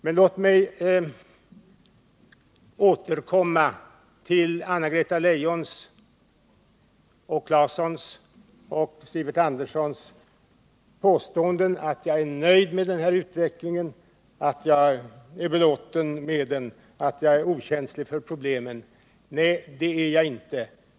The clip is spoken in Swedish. Men låt mig återkomma till Anna-Greta Leijons, Tore Claesons och Sivert Anderssons påståenden att jag är nöjd och belåten med utvecklingen och att jag är okänslig för problemen. Nej, det är jag inte.